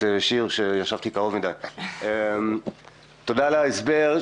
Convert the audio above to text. תודה על ההסבר.